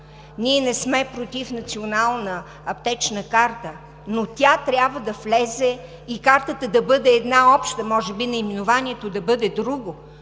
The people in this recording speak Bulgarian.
Ние не сме против Национална аптечна карта, но тя трябва да влезе и картата да бъде една обща, може би наименованието да бъде друго,